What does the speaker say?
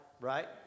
Right